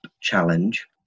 challenge